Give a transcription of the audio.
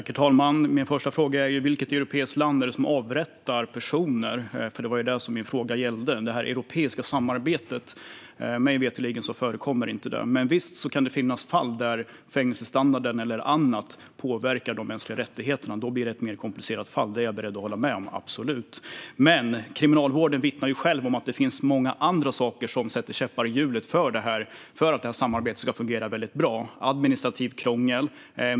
Herr talman! Vilket europeiskt land avrättar personer? Min fråga gällde ju det europeiska samarbetet, och mig veterligen förekommer inte avrättningar. Men visst kan det finnas fall där fängelsestandarden eller annat påverkar de mänskliga rättigheterna. Att det då blir ett mer komplicerat fall är jag absolut beredd att hålla med om. Kriminalvården vittnar om att det finns mycket annat som sätter käppar i hjulet för detta samarbete. Det handlar om administrativt krångel.